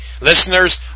listeners